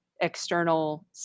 external